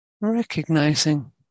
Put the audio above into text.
recognizing